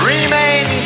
Remain